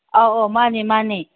ꯑꯧ ꯑꯧ ꯃꯥꯅꯦ ꯃꯥꯅꯦ